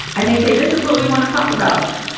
and they say, this is what we wanna talk about.